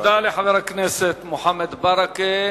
תודה לחבר הכנסת מוחמד ברכה.